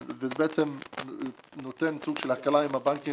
וזה בעצם נותן סוג של הקלה עם הבנקים